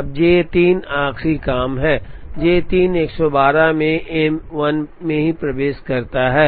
अब J 3 आखिरी काम है J 3 112 में M 1 में प्रवेश करता है